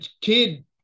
kid